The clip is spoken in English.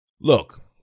look